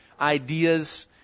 ideas